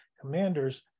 commanders